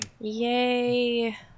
yay